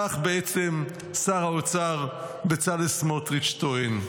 כך בעצם שר האוצר בצלאל סמוטריץ' טוען.